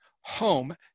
HOME